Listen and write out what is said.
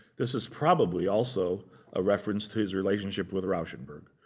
this is probably also a reference to his relationship with rauschenberg.